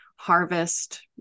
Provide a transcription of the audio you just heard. harvest